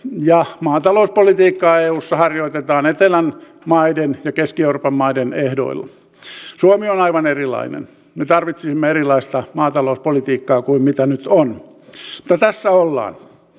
maatalouspolitiikkaa eussa harjoitetaan etelän maiden ja keski euroopan maiden ehdoilla suomi on on aivan erilainen me tarvitsisimme erilaista maatalouspolitiikkaa kuin mitä nyt on mutta tässä ollaan